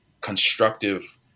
constructive